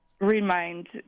remind